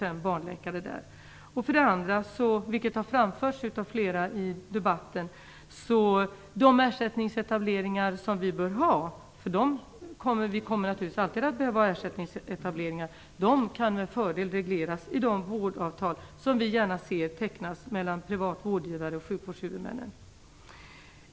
Vi kommer naturligtvis alltid att behöva ha ersättningsetableringar. Men de ersättningsetableringar vi bör ha kan med fördel regleras i de vårdavtal som vi gärna ser tecknas mellan privata vårdgivare och sjukvårdshuvudmännen. Det har också framförts av flera i debatten.